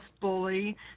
bully